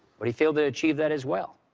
but he failed to achieve that as well.